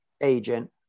agent